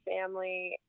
family